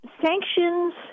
sanctions –